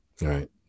right